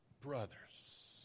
brothers